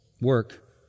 work